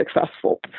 successful